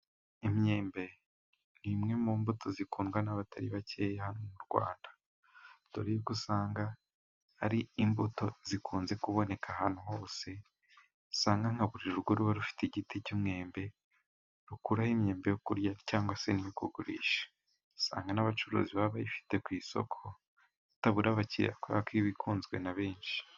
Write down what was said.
Imyembe ni imwe mu mbuto zikundwa n'abatari bakeya mu Rwanda, dore yuko usanga ari imbuto zikunze kuboneka ahantu hose, usanga nka buri rugo ruba rufite igiti cy'umwembe rukuraho imyembe yo kurya cyangwa se yo kugurisha, usanga n'abacuruzi baba bayifite ku isoko batabura abakiriya kubera ko iba ikunzwe na benshi.